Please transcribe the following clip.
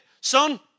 Son